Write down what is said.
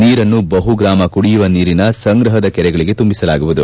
ನೀರನ್ನು ಬಹುಗಾಮ ಕುಡಿಯುವ ನೀರಿನ ಸಂಗ್ರಹದ ಕೆರೆಗಳಗೆ ತುಂಬಿಸಲಾಗುವುದು